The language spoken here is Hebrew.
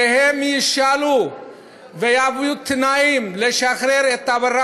שהם ישאלו ויביאו תנאים לשחרר את אברה